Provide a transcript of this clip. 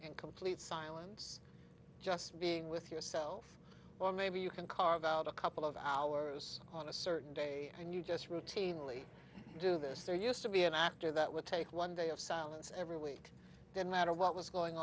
in complete silence just being with yourself or maybe you can carve out a couple of hours on a certain day and you just routinely do this there used to be an actor that would take one day of silence every week didn't matter what was going